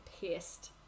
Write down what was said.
pissed